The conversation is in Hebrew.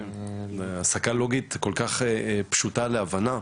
הסקה לוגית כל כך פשוטה להבנה,